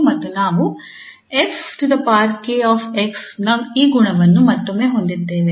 ಮತ್ತು ನಾವು 𝑓𝑘𝑥 ನ ಈ ಗುಣವನ್ನು ಮತ್ತೊಮ್ಮೆ ಹೊಂದಿದ್ದೇವೆ